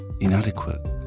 Inadequate